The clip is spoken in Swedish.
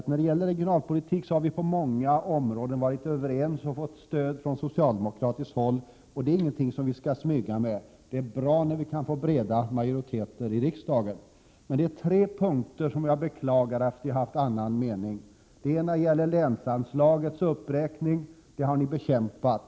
När det gäller regionalpolitiken har folkpartiet ofta varit överens med och fått stöd från socialdemokraterna. Det är ingenting att smyga med; det är bra när det kan skapas breda majoriteter i riksdagen. På tre punkter beklagar jag ändå att vi har olika meningar. För det första gäller det länsanslagets uppräkning, som ni har bekämpat.